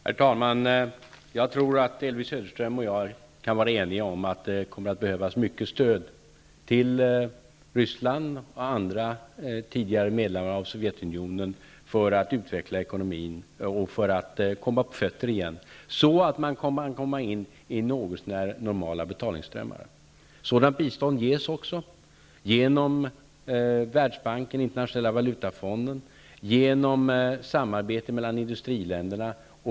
Herr talman! Jag tror att Elvy Söderström och jag kan vara eniga om att det kommer att behövas ett stort stöd till Ryssland och andra tidigare medlemmar av Sovjetunionen för att utveckla deras ekonomi så att de kan komma på fötter och så att de kommer in i något så när normala betalningsströmmar. Sådant bistånd ges även genom Världsbanken och Internationella valutafonden samt genom samarbete mellan industriländerna.